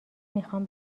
میخام